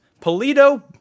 Polito